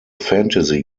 fantasy